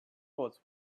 was